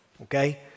okay